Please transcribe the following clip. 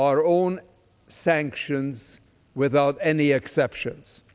our own sanctions without any exceptions